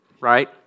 right